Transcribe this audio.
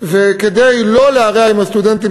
וכדי לא להרע עם הסטודנטים,